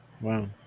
wow